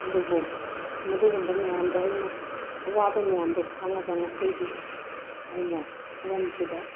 ꯑꯗꯨꯕꯨ ꯃꯗꯨꯒꯨꯝꯕ ꯃꯌꯥꯝꯗꯣ ꯑꯩꯅ ꯑꯥꯋꯥꯕ ꯃꯌꯥꯝꯗꯣ ꯈꯥꯡꯉꯒ ꯉꯁꯤꯗꯤ ꯑꯩꯅ ꯍꯤꯔꯝꯁꯤꯗ